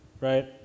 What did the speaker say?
right